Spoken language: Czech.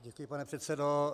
Děkuji, pane předsedo.